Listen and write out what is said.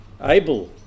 Abel